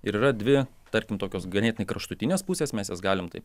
ir yra dvi tarkim tokios ganėtinai kraštutinės pusės mes jas galim taip